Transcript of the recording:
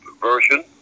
version